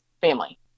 family